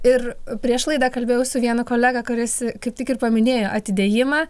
ir prieš laidą kalbėjau su vienu kolega kuris kaip tik ir paminėjo atidėjimą